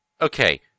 okay